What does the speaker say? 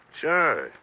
Sure